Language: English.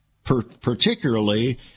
particularly